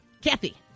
Kathy